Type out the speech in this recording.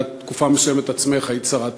את עצמך תקופה מסוימת היית שרת התקשורת.